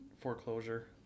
foreclosure